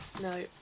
No